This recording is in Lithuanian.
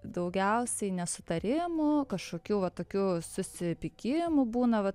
daugiausiai nesutarimų kažkokių va tokių susipykimų būna va